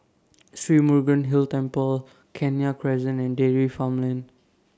Sri Murugan Hill Temple Kenya Crescent and Dairy Farm Lane